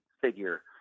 figure